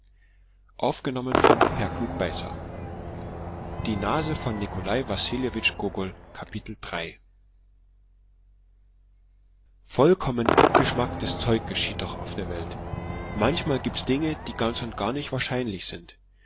geworden vollkommen abgeschmacktes zeug geschieht doch auf der welt manchmal gibt's dinge die ganz und gar nicht wahrscheinlich sind